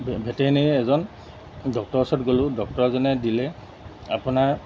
veterinary এজন ডক্টৰৰ ওচৰত গ'লোঁ ডক্টৰ এজনে দিলে আপোনাৰ